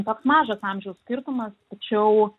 toks mažas amžiaus skirtumas tačiau